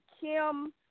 Kim